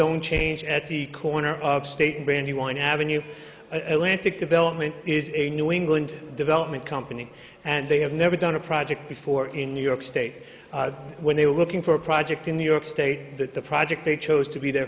zone change at the corner of state brandywine avenue atlantic development is a new england development company and they have never done a project before in new york state when they were looking for a project in new york state that the project they chose to be their